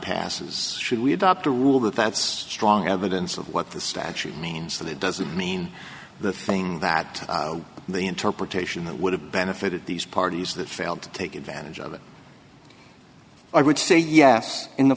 passes should we adopt a rule that that's strong evidence of what the statute means that it doesn't mean the thing that the interpretation that would have benefited these parties that failed to take advantage of it i would say yes in the